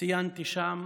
ציינתי שם